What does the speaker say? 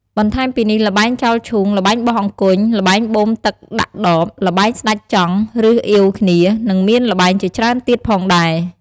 បន្ថែមពីនេះ ល្បែងចោលឈូង ល្បែបោះអង្គញ់ ល្បែងបូមទឹកដាក់ដប ល្បែងស្តេចចង់ ឬអៀវគ្នា និងមានល្បែងជាច្រើនទៀតផងដែរ។